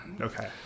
Okay